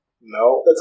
No